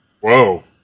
Whoa